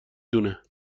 دونه